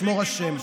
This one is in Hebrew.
ישמור השם.